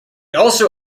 also